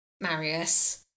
Marius